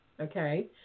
Okay